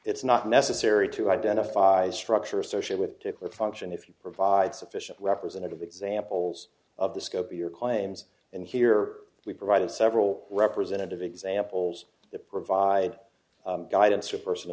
it's not necessary to identify structure associate with to function if you provide sufficient representative examples of the scope of your claims and here we provided several representative examples that provide guidance or personal